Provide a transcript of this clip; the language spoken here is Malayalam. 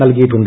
നൽകിയിട്ടുണ്ട്